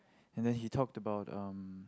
and then he talked about um